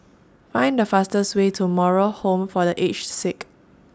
Find The fastest Way to Moral Home For The Aged Sick